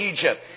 Egypt